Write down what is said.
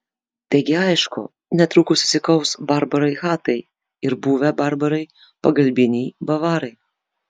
taigi aišku netrukus susikaus barbarai chatai ir buvę barbarai pagalbiniai bavarai